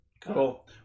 Cool